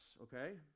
okay